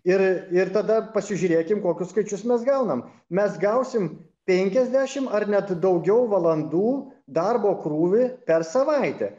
ir ir tada pasižiūrėkim kokius skaičius mes gaunam mes gausim penkiasdešim ar net daugiau valandų darbo krūvį per savaitę